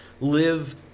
live